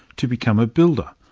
to become a builder.